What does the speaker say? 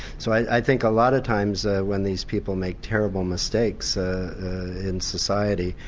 so i think a lot of times, ah when these people make terrible mistakes in society,